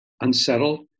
unsettled